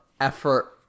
effort